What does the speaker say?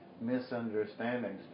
misunderstandings